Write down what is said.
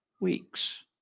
Weeks